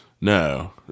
No